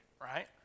right